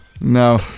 No